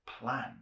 plan